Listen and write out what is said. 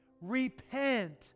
Repent